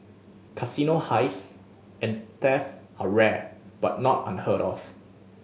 casino heists and theft are rare but not unheard of